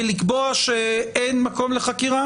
ולקבוע שאין מקום לחקירה?